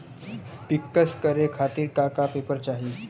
पिक्कस करे खातिर का का पेपर चाही?